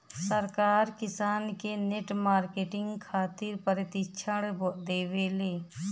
सरकार किसान के नेट मार्केटिंग खातिर प्रक्षिक्षण देबेले?